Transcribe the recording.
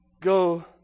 go